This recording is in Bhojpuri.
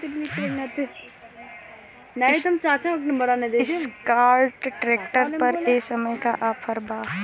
एस्कार्ट ट्रैक्टर पर ए समय का ऑफ़र बा?